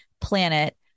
planet